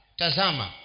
tazama